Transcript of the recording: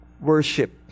worship